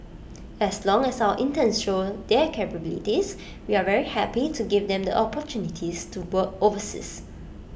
as long as our interns show their capabilities we are very happy to give them the opportunities to work overseas